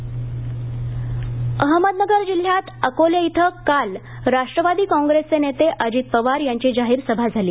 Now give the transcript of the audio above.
अजित पवार अहमदनगर जिल्ह्यात अकोले शि काल राष्ट्रवादी काँग्रेसचे नेते अजित पवार यांची जाहीर सभा झाली